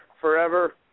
forever